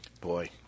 Boy